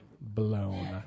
blown